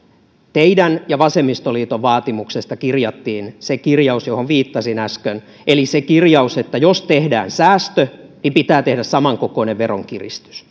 teidän ja vasemmistoliiton vaatimuksesta kirjattiin se kirjaus johon viittasin äsken eli se kirjaus että jos tehdään säästö pitää tehdä samankokoinen veronkiristys